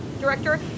director